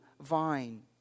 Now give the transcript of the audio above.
vine